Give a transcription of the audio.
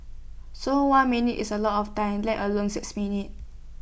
so one minute is A lot of time let alone six minute